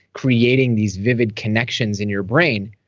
creating these vivid connections in your brain,